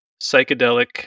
psychedelic